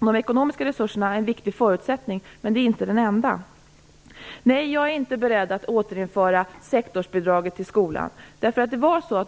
de ekonomiska resurserna en viktig förutsättning, men inte den enda. Nej, jag är inte beredd att återinföra sektorsbidraget i skolan.